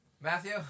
Matthew